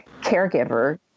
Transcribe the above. caregiver